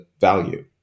value